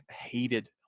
hated